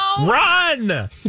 Run